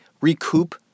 recoup